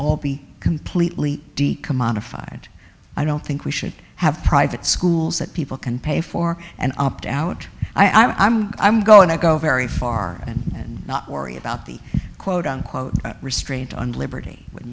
all be completely commodified i don't think we should have private schools that people can pay for and opt out i'm i'm going to go very far and not worry about the quote unquote restraint on liberty